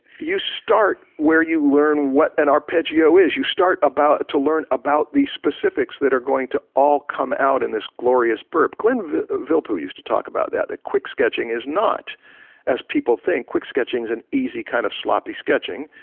you start where you learn what an arpeggio is. you start about to learn about the specifics that are going to all come out in this glorious burp. glenn vilppu used to talk about that the quick sketching is not as people think, quick sketching is an easy kind of sloppy sketching.